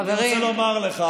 אני רוצה לומר לך,